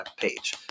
page